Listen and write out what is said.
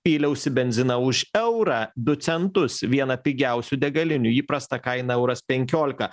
pyliausi benziną už eurą du centus viena pigiausių degalinių įprasta kaina euras penkiolika